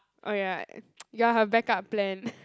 oh ya you are her backup plan